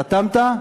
חתמת?